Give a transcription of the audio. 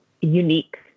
unique